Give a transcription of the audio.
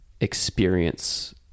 experience